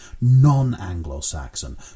non-Anglo-Saxon